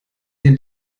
den